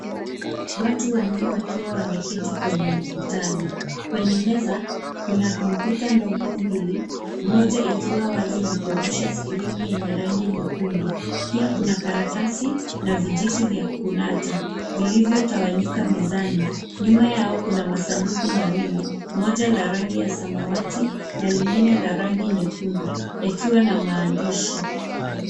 Watu wanne wakiwa wameketi kwenye mkutano kwenye meza kuna kompyuta ndogo mbili moja ikiwa wazi na kuonyesha skrini yenye rangi nyekundu pia kuna karatasi na vijiti vya kunata vilivyotawanyika mezani, nyuma yao kuna masanduku mawili moja la rangi ya samawati na lingine la rangi nyekundu yakiwa na maandishi.